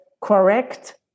correct